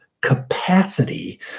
capacity